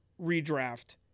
redraft